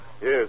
Yes